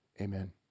Amen